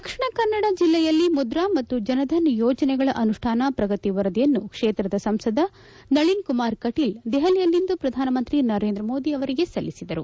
ದಕ್ಷಿಣ ಕನ್ನಡ ಜಿಲ್ಲೆಯಲ್ಲಿ ಮುದ್ರಾ ಮತ್ತು ಜನ್ ಧನ್ ಯೋಜನೆಗಳ ಆಮಷ್ಠಾನ ಪ್ರಗತಿ ವರದಿಯನ್ನು ಕ್ಷೇತ್ರದ ಸಂಸದ ನಳಿನ್ ಕುಮಾರ್ ಕಟೀಲ್ ದೆಪಲಿಯಲ್ಲಿಂದು ಪ್ರಧಾನಮಂತ್ರಿ ನರೇಂದ್ರ ಮೋದಿ ಅವರಿಗೆ ಸಲ್ಲಿಸಿದರು